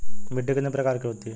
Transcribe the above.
मिट्टी कितने प्रकार की होती हैं?